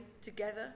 together